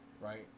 right